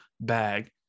bag